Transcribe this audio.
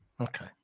Okay